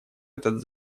этот